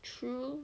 true